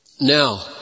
Now